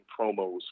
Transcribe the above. promos